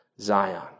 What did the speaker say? Zion